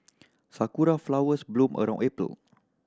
sakura flowers bloom around April